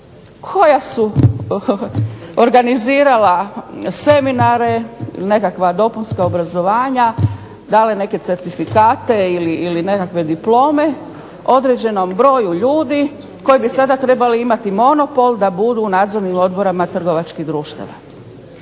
koja su organizirala seminare nekakva dopunska obrazovanja, dali nekakve certifikate ili diplome određenom broju ljudi koji bi trebali imati monopol da budu u nadzornim odborima trgovačkih društava.